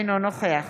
אינו נוכח